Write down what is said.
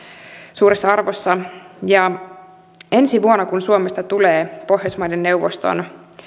suuressa arvossa ensi vuonna kun suomesta tulee pohjoismaiden neuvoston